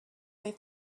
they